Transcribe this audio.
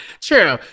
true